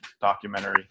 documentary